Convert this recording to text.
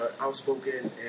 outspoken